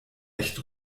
echt